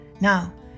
Now